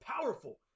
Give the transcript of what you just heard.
powerful